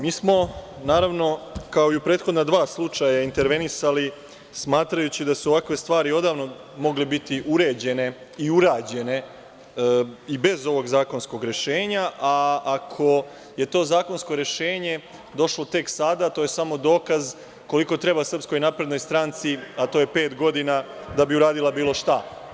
Mi smo, naravno, kao i u prethodna dva slučaja intervenisali smatrajući da su ovakve stvari odavno mogle biti uređene i urađene i bez ovog zakonskog rešenja, a ako je to zakonsko rešenje došlo tek sada, to je samo dokaz koliko treba SNS, a to je pet godina, da bi uradila bilo šta.